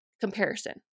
comparison